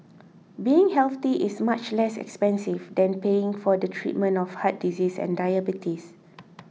being healthy is much less expensive than paying for the treatment of heart disease and diabetes